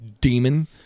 demon